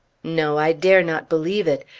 no! i dare not believe it!